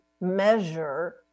measure